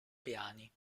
piani